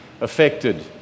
affected